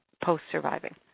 post-surviving